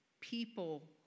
people